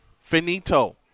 finito